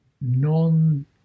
non